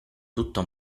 tutto